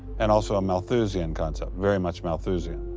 and also a malthusian concept, very much malthusian.